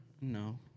no